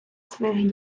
своїх